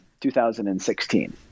2016